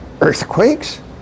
earthquakes